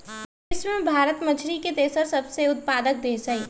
विश्व में भारत मछरी के तेसर सबसे बड़ उत्पादक देश हई